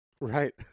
right